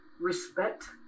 Respect